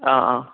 ആ ആ